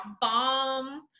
bomb